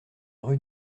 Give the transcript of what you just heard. rue